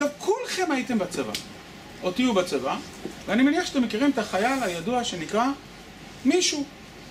עכשיו, כולכם הייתם בצבא, או תהיו בצבא, ואני מניח שאתם מכירים את החייל הידוע שנקרא "מישהו"